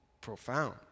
Profound